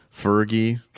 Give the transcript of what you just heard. Fergie